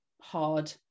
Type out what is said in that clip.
hard